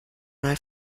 neue